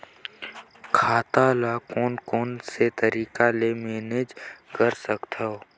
खाता ल कौन कौन से तरीका ले मैनेज कर सकथव?